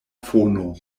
fono